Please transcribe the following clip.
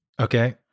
Okay